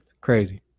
Crazy